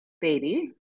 baby